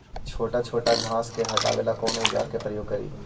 छोटा छोटा घास को हटाबे ला कौन औजार के प्रयोग करि?